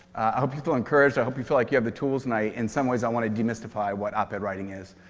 i hope you feel encouraged, i hope you feel like you have the tools, and in some ways, i want to demystify what op-ed writing is.